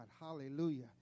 Hallelujah